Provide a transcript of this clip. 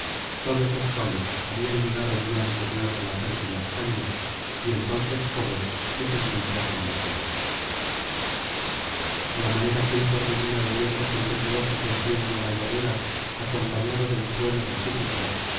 todos los cuales habían llegado el día anterior de la fértil ascania y entonces jove les impulsó á combatir a la manera que un torbellino de vientos impetuosos desciende á la llanura acompañado del trueno de júpiter